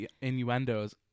innuendos